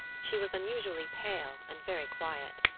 she was unusually pale and very quiet.